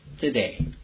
today